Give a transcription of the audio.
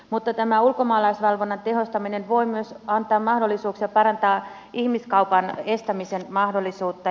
mutta tämä ulkomaalaisvalvonnan tehostaminen voi myös antaa mahdollisuuksia parantaa ihmiskaupan estämistä